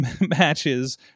matches